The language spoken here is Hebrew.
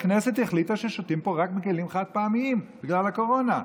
שהכנסת החליטה ששותים פה רק בכלים חד-פעמיים בגלל הקורונה.